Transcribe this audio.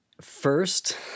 first